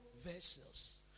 vessels